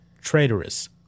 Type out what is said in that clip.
traitorous